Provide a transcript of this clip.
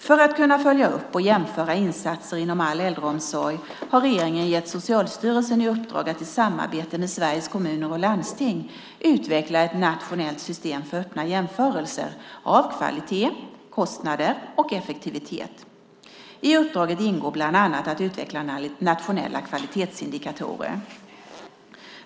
För att kunna följa upp och jämföra insatser inom all äldreomsorg har regeringen gett Socialstyrelsen i uppdrag att i samarbete med Sveriges Kommuner och Landsting utveckla ett nationellt system för öppna jämförelser av kvalitet, kostnader och effektivitet . I uppdraget ingår bland annat att utveckla nationella kvalitetsindikatorer.